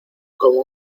como